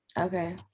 okay